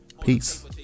Peace